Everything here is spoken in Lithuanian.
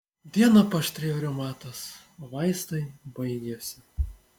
dieną paaštrėjo reumatas o vaistai baigėsi